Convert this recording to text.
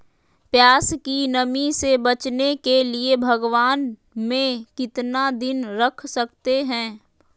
प्यास की नामी से बचने के लिए भगवान में कितना दिन रख सकते हैं?